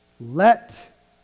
let